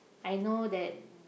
I know that